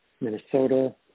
Minnesota